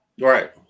right